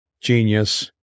genius